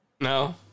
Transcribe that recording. No